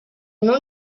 nom